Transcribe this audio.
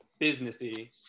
businessy